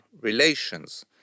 relations